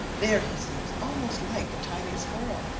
there he seems almost like a tiny squirrel.